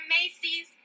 Macy's